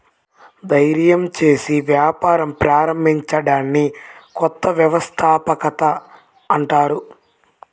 ధైర్యం చేసి వ్యాపారం ప్రారంభించడాన్ని కొత్త వ్యవస్థాపకత అంటారు